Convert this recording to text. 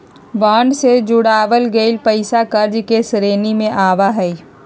bond से जुटावल गइल पैसा कर्ज के श्रेणी में आवा हई